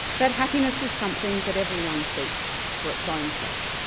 that happiness is something that everyone seeks for its own sake.